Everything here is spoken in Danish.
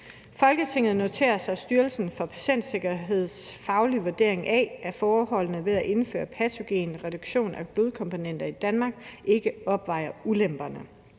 »Folketinget noterer sig Styrelsen for Patientsikkerheds faglige vurdering af, at fordelene ved at indføre patogenreduktion af blodkomponenter i Danmark ikke opvejer ulemperne.